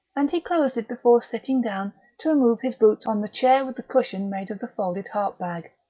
and he closed it before sitting down to remove his boots on the chair with the cushion made of the folded harp-bag.